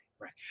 right